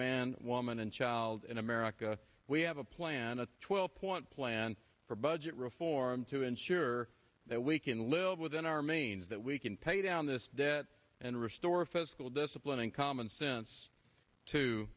man woman and child in america we have a plan a twelve point plan for budget reform to ensure that we can live within our means that we can pay down this debt and restore fiscal discipline and common sense to